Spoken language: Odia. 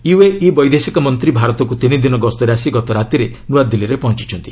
ୟୁଏଇ ବୈଦେଶିକ ମନ୍ତ୍ରୀ ଭାରତକୁ ତିନି ଦିନ ଗସ୍ତରେ ଆସି ଗତରାତିରେ ନୂଆଦିଲ୍ଲୀରେ ପହଞ୍ଚୁଛନ୍ତି